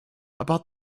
about